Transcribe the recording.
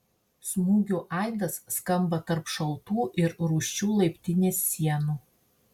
smūgių aidas skamba tarp šaltų ir rūsčių laiptinės sienų